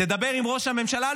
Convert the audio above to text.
תדבר עם ראש הממשלה,